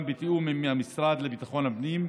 גם בתיאום עם המשרד לביטחון הפנים.